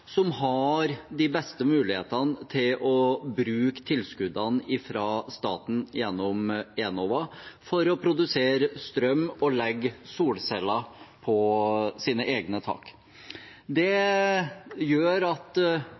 som har de beste mulighetene til å bruke tilskuddene fra staten gjennom Enova for å produsere strøm og legge solceller på sine egne tak. Det gjør at